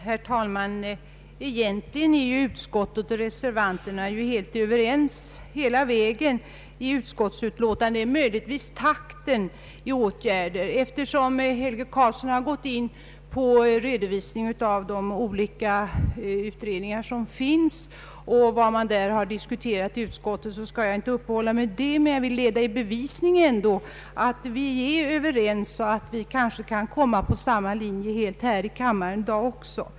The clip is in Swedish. Herr talman! Egentligen är utskottsmajoriteten och reservanterna överens hela vägen i utskottsutlåtandet. Skilda uppfattningar föreligger möjligen beträffande den takt i vilken åtgärderna skall vidtas. Eftersom herr Helge Karlsson gått in på redovisning av de olika utredningar som arbetar och vad som därvidlag diskuterats inom utskottet skall jag inte uppehålla mig vid det. Jag vill emellertid leda i bevisning att vi är överens inom utskottet och att vi kanske kan komma att hamna på samma linje också här i kammaren i dag.